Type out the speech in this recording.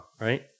Right